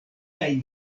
kaj